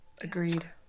Agreed